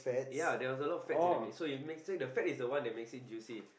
ya there was a lot of fats in the midst so you it makes it the fat is the one that makes it juicy